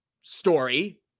story